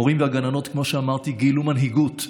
המורים והגננות, כמו שאמרתי, גילו מנהיגות,